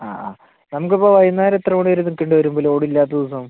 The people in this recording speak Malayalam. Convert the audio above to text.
ആ ആ നമുക്ക് ഇപ്പം വൈകുന്നേരം എത്ര മണി വരെ നിൽക്കേണ്ടി വരും ലോഡ് ഇല്ലാത്ത ദിവസം